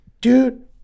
Dude